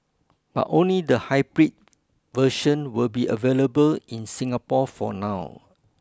but only the hybrid version will be available in Singapore for now